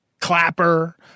Clapper